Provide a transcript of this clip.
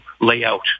layout